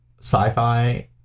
sci-fi